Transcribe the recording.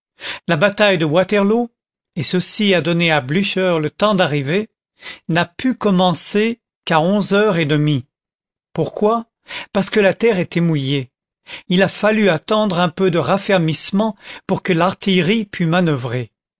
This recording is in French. la bataille de waterloo et ceci a donné à blücher le temps d'arriver n'a pu commencer qu'à onze heures et demie pourquoi parce que la terre était mouillée il a fallu attendre un peu de raffermissement pour que l'artillerie pût manoeuvrer